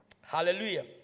hallelujah